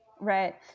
Right